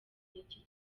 n’iki